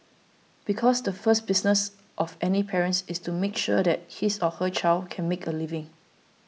because the first business of any parent is to make sure that his or her child can make a living